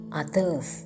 others